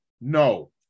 No